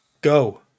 go